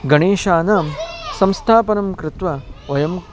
गणेशानां संस्थापनं कृत्वा वयं